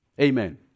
Amen